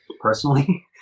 personally